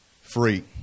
free